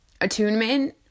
attunement